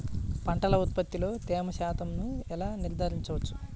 పంటల ఉత్పత్తిలో తేమ శాతంను ఎలా నిర్ధారించవచ్చు?